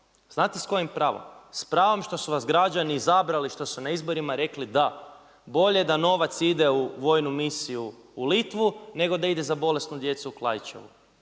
Znate s kojim pravom? S pravom što su vas građani izabrali što su na izborima rekli da, bolje da novac ide u vojnu misiju u Litvu, nego da ide za bolesnu djecu u Klaićevu.